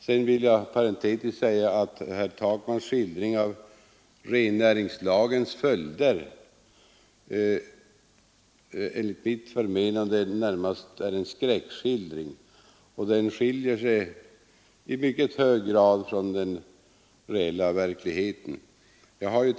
Sedan vill jag parentetiskt säga att herr Takmans skildring av rennäringslagens följder enligt mitt förmenande närmast är en skräckskildring. Den skiljer sig i mycket hög grad från verkligheten.